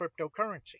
cryptocurrency